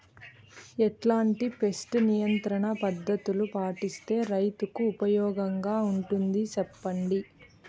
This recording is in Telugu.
ఎట్లాంటి పెస్ట్ నియంత్రణ పద్ధతులు పాటిస్తే, రైతుకు ఉపయోగంగా ఉంటుంది సెప్పండి?